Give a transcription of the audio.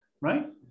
right